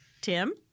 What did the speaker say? Tim